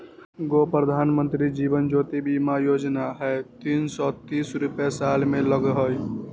गो प्रधानमंत्री जीवन ज्योति बीमा योजना है तीन सौ तीस रुपए साल में लगहई?